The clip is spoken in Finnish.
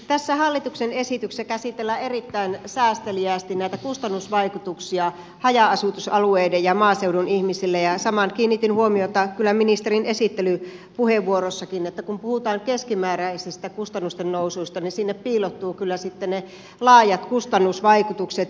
tässä hallituksen esityksessä käsitellään erittäin säästeliäästi näitä kustannusvaikutuksia haja asutusalueiden ja maaseudun ihmisille ja samaan kiinnitin huomiota kyllä ministerin esittelypuheenvuorossakin että kun puhutaan keskimääräisistä kustannusten nousuista niin sinne piiloutuvat sitten kyllä ne laajat kustannusvaikutukset